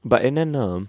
but என்னனா:ennana